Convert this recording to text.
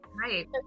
right